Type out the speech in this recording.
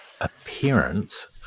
appearance